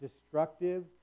destructive